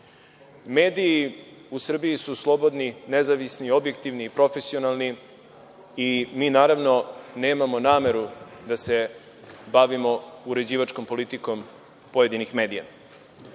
Mediji u Srbiji su slobodni, nezavisni, objektivni i profesionalni i mi naravno nemamo nameru da se bavimo uređivačkom politikom pojedinih medija. Danas